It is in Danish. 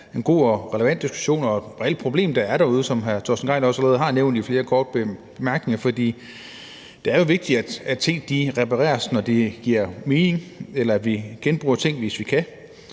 en god og relevant diskussion og et reelt problem, der er derude, som hr. Torsten Gejl også allerede har nævnt i flere korte bemærkninger. For det er jo vigtigt, at ting repareres, når det giver mening, eller at vi genbruger ting, hvis vi kan.